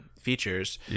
features